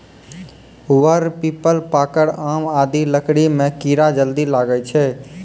वर, पीपल, पाकड़, आम आदि लकड़ी म कीड़ा जल्दी लागै छै